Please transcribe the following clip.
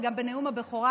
וזה גם בנאום הבכורה,